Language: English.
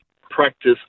practice